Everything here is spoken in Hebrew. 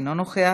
אינו נוכח,